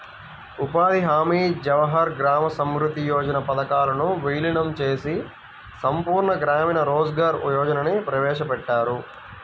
ఉపాధి హామీ, జవహర్ గ్రామ సమృద్ధి యోజన పథకాలను వీలీనం చేసి సంపూర్ణ గ్రామీణ రోజ్గార్ యోజనని ప్రవేశపెట్టారు